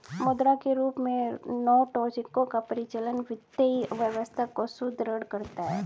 मुद्रा के रूप में नोट और सिक्कों का परिचालन वित्तीय व्यवस्था को सुदृढ़ करता है